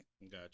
Gotcha